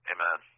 Amen